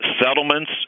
settlements